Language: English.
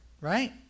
right